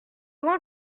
grand